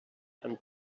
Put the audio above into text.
amb